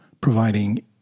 providing